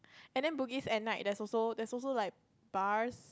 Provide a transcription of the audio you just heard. and then Bugis at night there's also there's also like bars